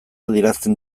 adierazten